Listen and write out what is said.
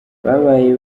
babaye